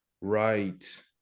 right